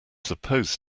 supposed